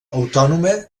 autònoma